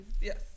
Yes